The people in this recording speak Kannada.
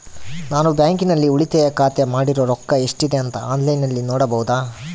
ನಾನು ಬ್ಯಾಂಕಿನಲ್ಲಿ ಉಳಿತಾಯ ಮಾಡಿರೋ ರೊಕ್ಕ ಎಷ್ಟಿದೆ ಅಂತಾ ಆನ್ಲೈನಿನಲ್ಲಿ ನೋಡಬಹುದಾ?